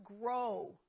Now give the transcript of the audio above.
grow